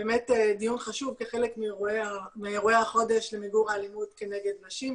באמת דיון חשוב כחלק מאירועי החודש למיגור האלימות כנגד נשים.